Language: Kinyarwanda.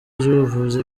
z’ubuvuzi